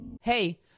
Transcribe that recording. Hey